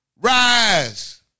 Rise